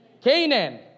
Canaan